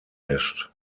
ist